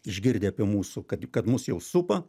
išgirdę apie mūsų kad kad mus jau supa